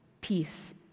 Peace